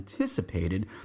anticipated